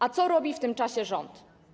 A co robi w tym czasie rząd?